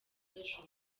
ejo